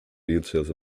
details